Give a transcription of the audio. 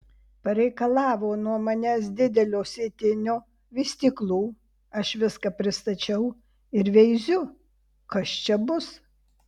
pareikalavo nuo manęs didelio sėtinio vystyklų aš viską pristačiau ir veiziu kas čia bus